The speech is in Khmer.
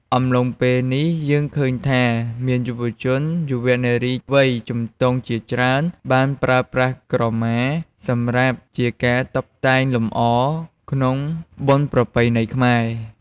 អំឡុងពេលនេះ យើងឃើញថា មានយុវជន យុវនារីវ័យជំទង់ជាច្រើនបានប្រើប្រាស់ក្រមា សម្រាប់ជាការតុបតែងលម្អក្នុងបុណ្យប្រពៃណីខ្មែរ។